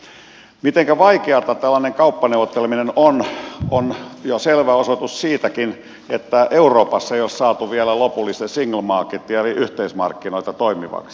siitä mitenkä vaikeata tällainen kauppaneuvotteleminen on on selvä osoitus jo sekin että euroopassa ei ole saatu vielä lopullista single marketia eli yhteismarkkinoita toimivaksi